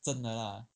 真的 lah